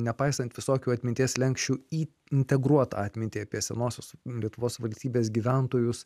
nepaisant visokių atminties slenksčių į integruot atmintį apie senosios lietuvos valstybės gyventojus